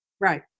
Right